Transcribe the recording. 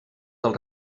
del